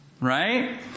right